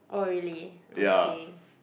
oh really okay